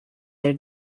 their